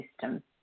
system